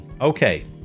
Okay